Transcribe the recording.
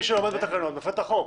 מי שלא עומד בתקנות, מפר את החוק.